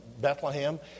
Bethlehem